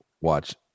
watch